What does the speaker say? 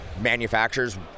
manufacturers